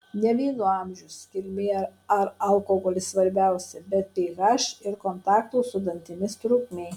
ne vyno amžius kilmė ar alkoholis svarbiausia bet ph ir kontakto su dantimis trukmė